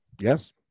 Yes